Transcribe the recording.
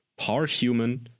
parhuman